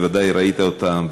בוודאי ראית אותם,